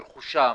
את רכושם,